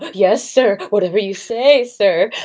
but yes, sir. whatever you say sir.